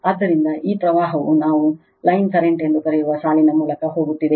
ಆದ್ದರಿಂದ ಈ ಪ್ರವಾಹವು ನಾವು ಲೈನ್ ಕರೆಂಟ್ ಎಂದು ಕರೆಯುವ ಸಾಲಿನ ಮೂಲಕ ಹೋಗುತ್ತಿದೆ